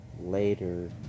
later